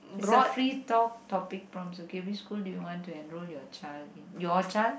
is a free talk topic form okay which school you want to enroll your child in your child